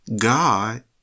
God